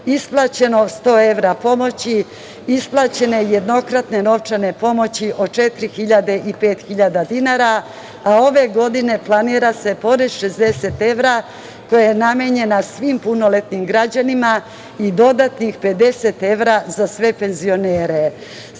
države 100 evra pomoći, isplaćene jednokratne novčani pomoći od 4.000 i 5.000 dinara, a ove godine planira se pored 60 evra, koja je namenjena svim punoletnim građanima, i dodatnih 50 evra za sve penzionere. Svakako